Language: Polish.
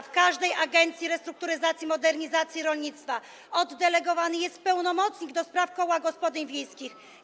W każdej Agencji Restrukturyzacji i Modernizacji Rolnictwa oddelegowany jest pełnomocnik ds. kół gospodyń wiejskich.